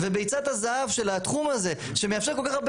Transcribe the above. וביצת הזהב של התחום הזה שמאפשר כל כך הרבה